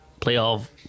playoff